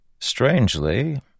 Strangely